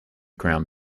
crown